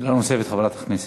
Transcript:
שאלה נוספת, חברת הכנסת.